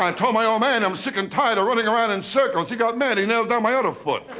um told my old man i'm sick and tired of running around in circles. he got mad. he nailed down my other foot.